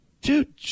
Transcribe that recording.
dude